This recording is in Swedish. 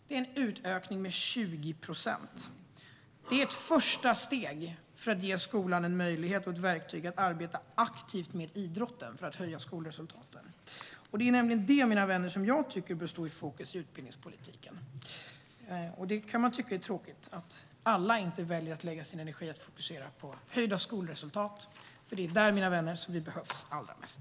Det är en utökning med 20 procent, och det är ett första steg för att ge skolan en möjlighet och ett verktyg att arbeta aktivt med idrotten för att höja skolresultaten. Det är nämligen det, mina vänner, som jag tycker bör stå i fokus i utbildningspolitiken. Man kan tycka att det är tråkigt att inte alla väljer att lägga sin energi och fokusera på höjda skolresultat, för det är där, mina vänner, som vi behövs allra mest.